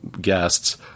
guests